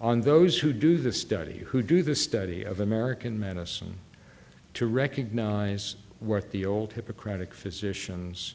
on those who do the study who do the study of american medicine to recognize what the old hippocratic physicians